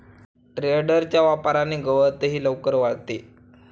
टेडरच्या वापराने गवतही लवकर वाळते